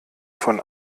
von